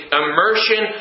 immersion